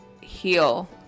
heal